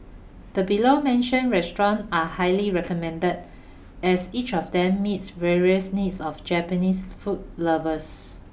the below mentioned restaurant are highly recommended as each of them meets various needs of Japanese food lovers